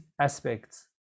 aspects